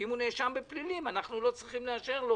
ואם הוא נאשם בפלילים אנחנו לא צריכים לאשר לו